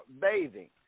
bathing